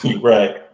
Right